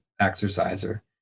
exerciser